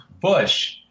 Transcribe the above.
bush